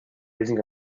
using